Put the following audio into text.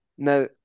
Now